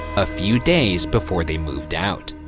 a few days before they moved out.